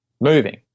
moving